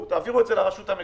תעבירו את זה לרשות המקומית,